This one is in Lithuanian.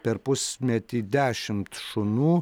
per pusmetį dešimt šunų